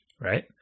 Right